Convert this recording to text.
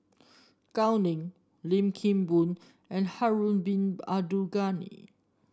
Gao Ning Lim Kim Boon and Harun Bin Abdul Ghani